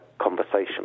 conversation